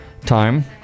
time